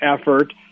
effort